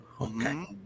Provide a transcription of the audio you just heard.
Okay